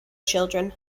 children